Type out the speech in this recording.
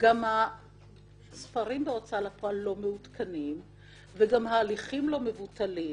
גם הספרים בהוצאה לפועל לא מעודכנים וגם ההליכים לא מבוטלים,